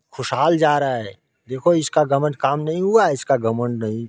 खुशहाल जा रहा है देखो इसका घमंड काम नहीं हुआ इसका घमंड नहीं